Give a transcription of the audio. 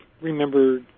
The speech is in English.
remember